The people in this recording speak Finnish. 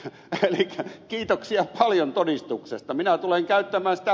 elikkä kiitoksia paljon todistuksesta